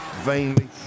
Vainly